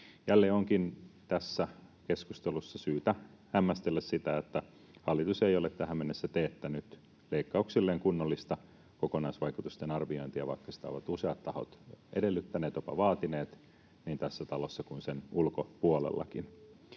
Jälleen onkin tässä keskustelussa syytä hämmästellä sitä, että hallitus ei ole tähän mennessä teettänyt leikkauksilleen kunnollista kokonaisvaikutusten arviointia, vaikka sitä ovat useat tahot edellyttäneet, jopa vaatineet, niin tässä talossa kuin sen ulkopuolellakin.